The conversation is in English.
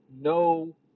no